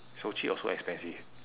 so cheap or so expensive